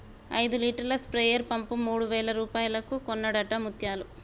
ఐదు లీటర్ల sprayer pump మూడు వేల రూపాయలకు కొన్నడట ముత్యాలు